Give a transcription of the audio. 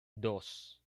dos